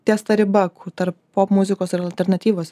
ties ta riba ku tarp popmuzikos ir alternatyvos